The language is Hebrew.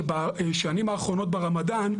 שבשנים האחרונות ברמדאן,